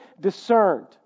discerned